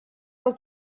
del